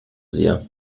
sehr